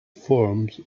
forms